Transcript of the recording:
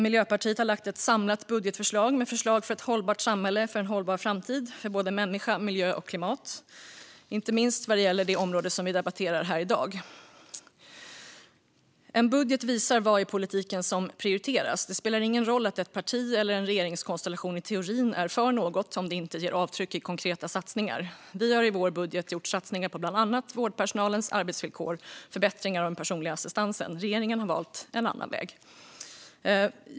Miljöpartiet har lagt fram ett samlat budgetförslag med förslag för ett hållbart samhälle, för en hållbar framtid för både människa, miljö och klimat - inte minst vad gäller det område som vi debatterar här i dag. En budget visar vad i politiken som prioriteras. Det spelar ingen roll att ett parti eller en regeringskonstellation i teorin är för något om det inte ger avtryck i konkreta satsningar. Vi har i vår budget gjort satsningar på bland annat vårdpersonalens arbetsvillkor och förbättringar av den personliga assistansen. Regeringen har valt en annan väg.